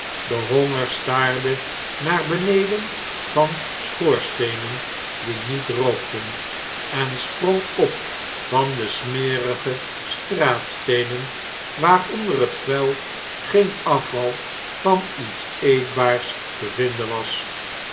de honger staarde naar beneden van schoorsteenen die niet rookten en sprong op van de smerige straatsteenen waar onder het vuil geen afval van iets eetbaars te vinden was